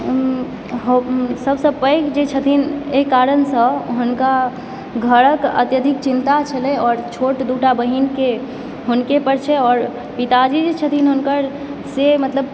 सभसँ पैघ जे छथिन एहि कारणसँ हुनका घरक अत्यधिक चिन्ता छलय आओर छोट दूटा बहिनके हुनके पर छै आओर पिताजी जे छथिन हुनकर से मतलब